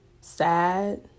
sad